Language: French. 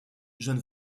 jeune